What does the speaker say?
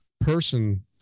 person